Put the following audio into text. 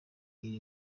iri